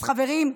אז חברים,